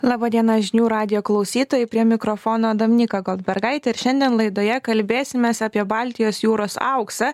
laba diena žinių radijo klausytojai prie mikrofono dominyka goldbergaitė ir šiandien laidoje kalbėsimės apie baltijos jūros auksą